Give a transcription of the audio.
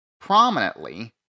Prominently